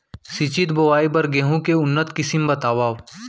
सिंचित बोआई बर गेहूँ के उन्नत किसिम बतावव?